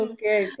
Okay